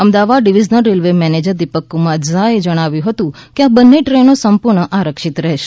Ahmedabad divisional railway manager Dipak Kumar ઝાએ જણાવ્યું હતું કે આ બંને ટ્રેનો સંપૂર્ણ આરક્ષિત રહેશે